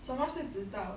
什么是执照